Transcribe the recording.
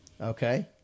okay